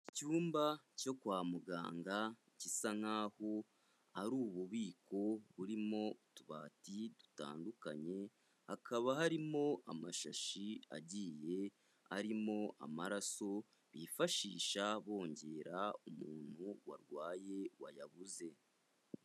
Icyumba cyo kwa muganga gisa nkaho ari ububiko burimo utubati dutandukanye, hakaba harimo amashashi agiye arimo amaraso, bifashisha bongera umuntu warwaye wayabuze.